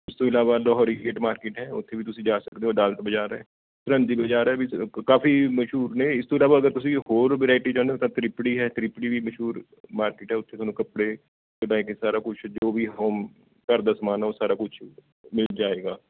ਇਸ ਤੋਂ ਇਲਾਵਾ ਲਾਹੌਰੀ ਗੇਟ ਮਾਰਕੀਟ ਹੈ ਉੱਥੇ ਵੀ ਤੁਸੀਂ ਜਾ ਸਕਦੇ ਹੋ ਅਦਾਲਤ ਬਜਾਰ ਹੈ ਚੌਂਰੰਜੀ ਬਜ਼ਾਰ ਹੈ ਵਿੱਚ ਕਾਫੀ ਮਸ਼ਹੂਰ ਨੇ ਇਸ ਤੋਂ ਇਲਾਵਾ ਅਗਰ ਤੁਸੀਂ ਹੋਰ ਵਰਾਇਟੀ ਚਾਹੁੰਦੇ ਹੋ ਤਾਂ ਤ੍ਰਿਪੜੀ ਹੈ ਤ੍ਰਿਪੜੀ ਵੀ ਮਸ਼ਹੂਰ ਮਾਰਕੀਟ ਹੈ ਉੱਥੇ ਤੁਹਾਨੂੰ ਕੱਪੜੇ ਕਢਾਈ ਅਤੇ ਸਾਰਾ ਕੁਛ ਜੋ ਵੀ ਹੋਮ ਘਰ ਦਾ ਸਮਾਨ ਉਹ ਸਾਰਾ ਕੁਛ ਮਿਲ ਜਾਏਗਾ